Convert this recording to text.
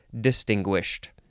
distinguished